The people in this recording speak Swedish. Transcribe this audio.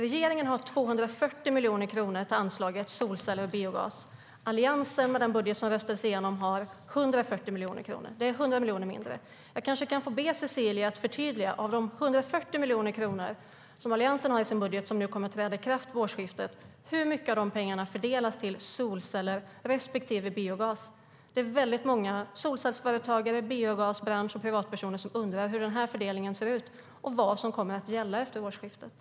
Regeringen har 240 miljoner kronor till anslaget för solceller och biogas. Alliansen har med den budget som röstades igenom 140 miljoner kronor. Det är 100 miljoner mindre. Jag kan kanske be Cecilie Tenfjord-Toftby att förtydliga hur mycket av de 140 miljoner kronor som Alliansen har i sin budget, som kommer att träda i kraft vid årsskiftet, som kommer att fördelas till solceller respektive biogas. Det är många solcellsföretagare, representanter för biogasbranschen och privatpersoner som undrar hur fördelningen ser ut och vad som kommer att gälla efter årsskiftet.